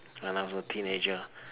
when I was a teenager